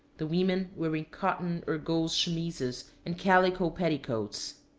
the women wearing cotton or gauze chemises and calico petticoats.